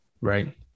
Right